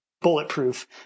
bulletproof